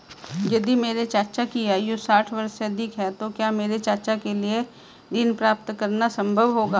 यदि मेरे चाचा की आयु साठ वर्ष से अधिक है तो क्या मेरे चाचा के लिए ऋण प्राप्त करना संभव होगा?